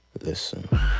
Listen